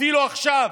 אפילו עכשיו,